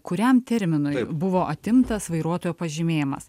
kuriam terminui buvo atimtas vairuotojo pažymėjimas